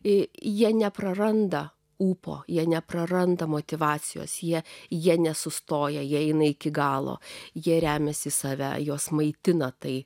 į jie nepraranda ūpo jie nepraranda motyvacijos jie jie nesustoja jie eina iki galo jie remiasi į save jos maitina tai